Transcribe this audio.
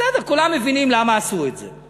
בסדר, כולם מבינים למה עשו את זה.